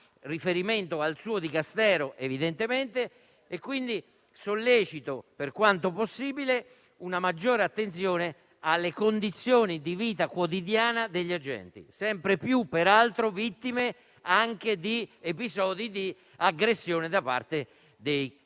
riferimento al suo Dicastero, evidentemente, quindi sollecito, per quanto possibile, una maggiore attenzione alle condizioni di vita quotidiana degli agenti, sempre più, peraltro, vittime di episodi di aggressione da parte dei carcerati.